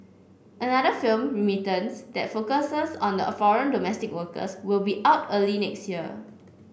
another film Remittance that focuses on a foreign domestic workers will be out early next year